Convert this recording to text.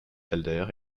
calder